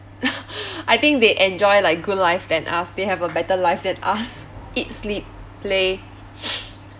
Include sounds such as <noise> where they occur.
<laughs> I think they enjoy like good life than us they have a better life than us eat sleep play <breath>